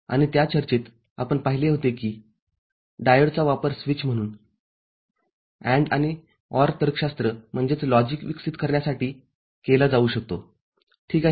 आणि त्या चर्चेत आपण पाहिले होते की डायोडचा वापर स्विच म्हणून AND आणि OR तर्कशास्त्र विकसित करण्यासाठी केला जाऊ शकतो ठीक आहे